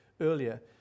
earlier